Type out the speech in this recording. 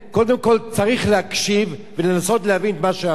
קודם כול צריך להקשיב ולנסות להבין את מה שאמרתי.